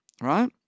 right